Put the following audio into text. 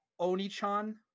Onichan